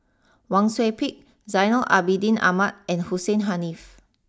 Wang Sui Pick Zainal Abidin Ahmad and Hussein Haniff